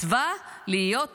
מצווה להיות עריק.